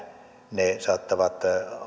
ne saattavat